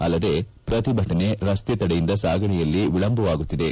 ಅಲ್ಲದೇ ಪ್ರತಿಭಟನೆ ರಸ್ತೆ ತಡೆಯಿಂದ ಸಾಗಣೆಯಲ್ಲಿ ವಿಳಂಬವಾಗುತ್ತದೆ